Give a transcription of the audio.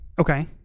Okay